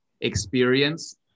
experience